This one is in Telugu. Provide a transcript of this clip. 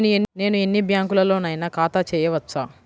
నేను ఎన్ని బ్యాంకులలోనైనా ఖాతా చేయవచ్చా?